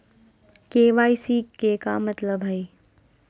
KYC के का मतलब हई?